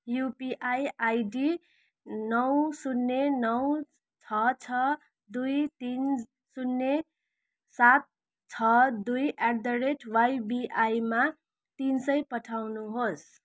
UPI ID नौ शून्य नौ छ छ दुई तिन शून्य सात छ दुई एट द रेट वाइबिआईमा तिन सय पठाउनुहोस्